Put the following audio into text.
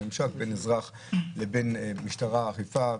הממשק בין אזרח לבין משטרה ואכיפה,